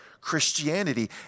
Christianity